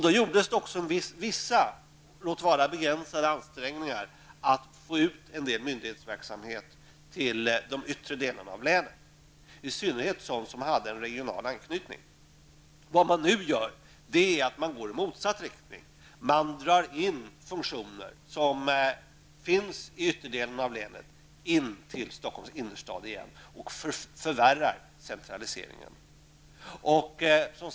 Då gjordes också vissa -- låt vara begränsade -- ansträngningar att få ut en del myndighetsverksamhet till de yttre delarna av länet. Det var i synnerhet fråga om verksamhet med en regional anknytning. Vad man nu gör är att gå i motsatt riktning. Man flyttar på nytt funktioner som finns i ytterdelarna av länet in till Stockholms innerstad, och man förvärrar på så sätt centraliseringen.